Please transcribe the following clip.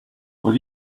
will